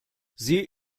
sie